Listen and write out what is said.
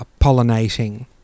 pollinating